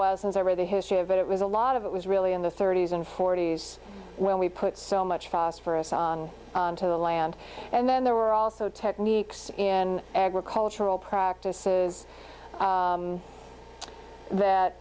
while since i read the history of it was a lot of it was really in the thirty's and forty's when we put so much phosphorus on the land and then there were also techniques in agricultural practices that